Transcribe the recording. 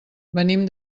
venim